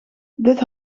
dit